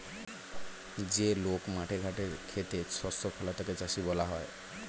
যে লোক মাঠে ঘাটে খেতে শস্য ফলায় তাকে চাষী বলা হয়